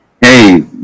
hey